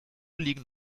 liegen